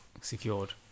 secured